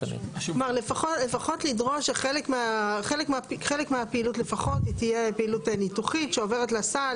כלומר לפחות לדרוש שחלק מהפעילות תהיה פעילות ניתוחית שעוברת לסל,